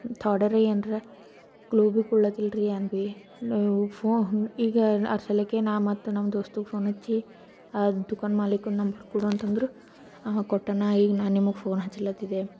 ಥೊಡೇರೆ ಏನರೆ ಕ್ಲೂ ಭೀ ಕೊಡತ್ತಿಲ್ರಿ ಏನು ಭೀ ನೀವು ಫೋನ್ ಈಗ ಅದ್ರ ಸಲ್ಲೆಕೆ ನಾ ಮತ್ತೆ ನಮ್ಮ ದೋಸ್ತಗೆ ಫೋನ್ ಹಚ್ಚಿ ಆ ದುಕಾನು ಮಾಲಿಕನ ನಂಬರ್ ಕೊಡು ಅಂತಂದ್ರೆ ಅವ ಕೊಟ್ಟಾನೆ ಈಗ ನಾ ನಿಮ್ಗೆ ಫೋನ್ ಹಚ್ಚುತ್ತಿದ್ದೆ